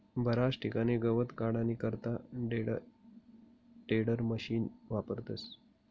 बराच ठिकाणे गवत काढानी करता टेडरमिशिन वापरतस